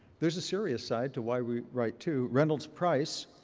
there's a serious side to why we write too. reynolds price,